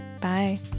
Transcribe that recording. bye